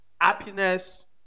happiness